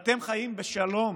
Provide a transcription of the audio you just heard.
העובדה שאתם חיים בשלום